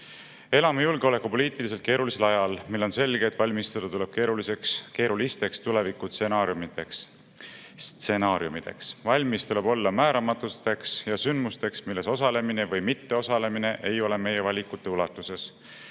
julgeolekupoliitiliselt keerulisel ajal, mil on selge, et valmistuda tuleb keerulisteks tulevikustsenaariumideks. Valmis tuleb olla määramatusteks ja sündmusteks, milles osalemine või mitteosalemine ei ole meie valikute ulatuses.